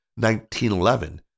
1911